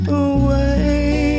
away